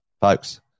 folks